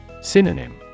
Synonym